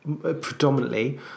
predominantly